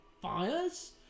fires